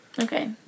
Okay